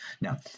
Now